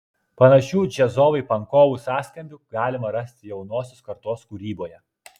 panašių džiazovai pankovų sąskambių galima rasti jaunosios kartos kūryboje